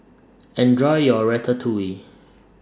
Enjoy your Ratatouille